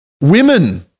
Women